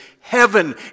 heaven